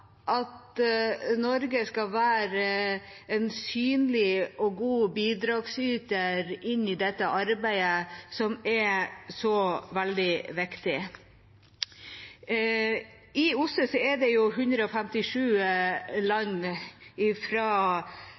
at Norge skal være en synlig og god bidragsyter i dette arbeidet, som er så veldig viktig. I OSSE er det 57 land,